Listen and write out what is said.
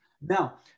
now